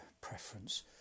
preference